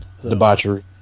debauchery